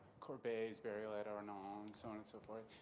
corday's very late or and um so not so forth.